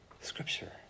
scripture